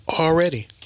Already